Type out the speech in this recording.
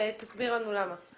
תסביר לנו למה.